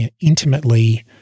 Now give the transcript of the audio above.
intimately